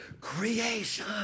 creation